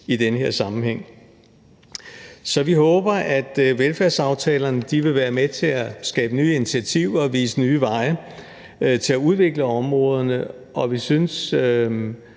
i den her sammenhæng. Så vi håber, at velfærdsaftalerne vil være med til at skabe nye initiativer og vise nye veje til at udvikle områderne. Vi synes,